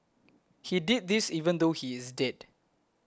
he did this even though he is dead